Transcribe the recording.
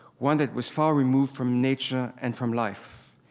one that was far removed from nature and from life.